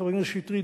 חבר הכנסת שטרית,